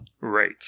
Right